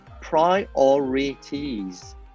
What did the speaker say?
priorities